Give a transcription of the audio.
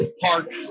Park